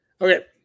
Okay